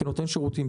כנותן שירותים,